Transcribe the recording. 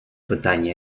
питання